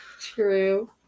True